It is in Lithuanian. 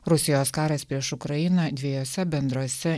rusijos karas prieš ukrainą dviejose bendrose